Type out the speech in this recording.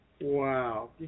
Wow